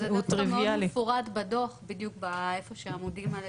אז זה דווקא מאוד מפורט בדו"ח, איפה שהעמודים האלה